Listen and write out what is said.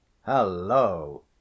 Hello